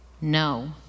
no